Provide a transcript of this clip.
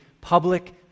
public